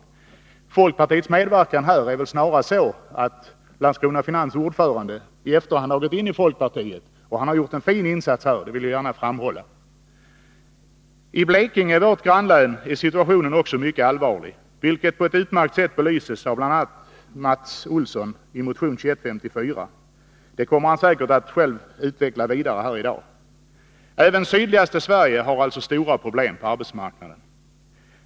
Med folkpartiets medverkan är det väl så, att Landskrona Finans ordförande i efterhand har gått in i folkpartiet. Han har gjort en fin insats, det vill jag gärna framhålla. I Blekinge, vårt grannlän, är situationen också mycket allvarlig, vilket på ett utmärkt sätt belyses av bl.a. Mats Olsson i motion 2154. Detta kommer han säkert att själv utveckla vidare. Även sydligaste Sverige har alltså stora problem på arbetsmarknaden.